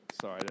Sorry